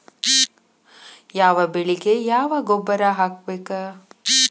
ಯಾವ ಬೆಳಿಗೆ ಯಾವ ಗೊಬ್ಬರ ಹಾಕ್ಬೇಕ್?